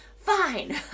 fine